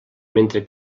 mentre